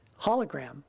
hologram